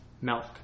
milk